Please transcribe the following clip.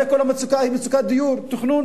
הרי כל המצוקה היא מצוקת דיור, תכנון